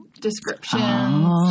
description